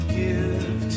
give